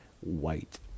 white